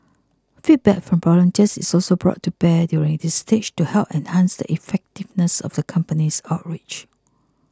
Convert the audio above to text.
feedback from volunteers is also brought to bear during this stage to help enhance the effectiveness of the company's outreach